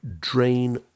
drain